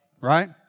Right